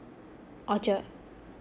orchard